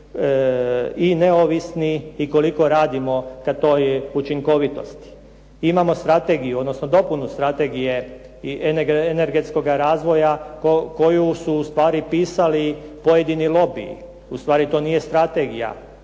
i neovisni i koliko radimo ka toj učinkovitosti. Imamo strategiju, odnosno dopunu strategije i energetskoga razvoja koju su ustvari pisali pojedini lobiji. Ustvari to nije strategija,